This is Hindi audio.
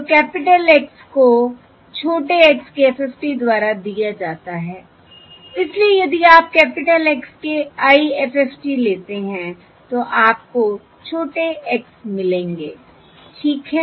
तो कैपिटल Xs को छोटे x के FFT द्वारा दिया जाता है इसलिए यदि आप कैपिटल X के IFFT लेते हैं तो आपको छोटे xs मिलेंगे ठीक है